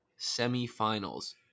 semifinals